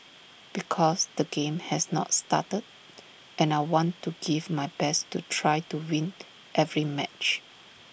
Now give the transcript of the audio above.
because the game has not started and I want to give my best to try to win every match